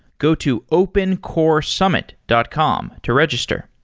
go to opencoresummit dot com to register.